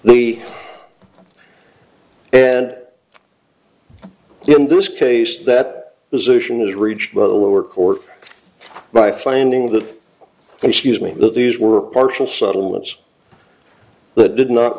the and in this case that position is reached by the lower court my finding of the excuse me that these were partial settlements that did not